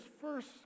first